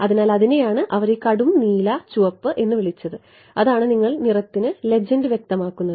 അതിനാൽ അതിനെയാണ് അവർ ഈ കടും നീല ചുവപ്പ് എന്ന് വിളിച്ചത് അതാണ് നിങ്ങൾ നിറത്തിന് ലെജെൻ്റ് വ്യക്തമാക്കുന്നത്